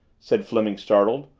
said fleming startled.